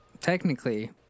technically